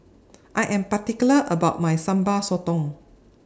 I Am particular about My Sambal Sotong